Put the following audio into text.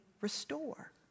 restore